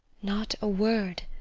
not a word!